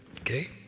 Okay